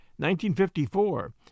1954